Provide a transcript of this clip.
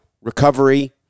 recovery